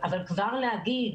אבל כבר להגיד,